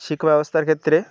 শিক্ষা ব্যবস্থার ক্ষেত্রে